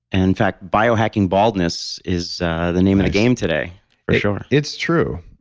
and fact, biohacking baldness is the name of the game today for sure it's true.